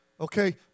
Okay